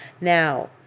Now